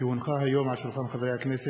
כי הונחה היום על שולחן הכנסת